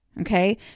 Okay